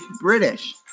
British